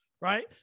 right